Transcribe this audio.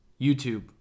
YouTube